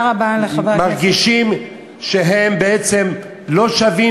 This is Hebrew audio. ומרגישים שהם בעצם לא שווים,